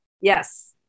Yes